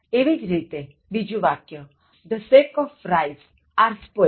એવી જ રીતે બીજું વાક્ય This sack of rice are spoilt